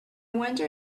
wonder